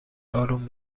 اروم